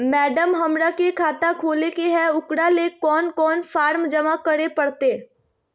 Madam, हमरा के खाता खोले के है उकरा ले कौन कौन फारम जमा करे परते?